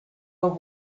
are